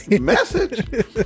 message